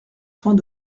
soins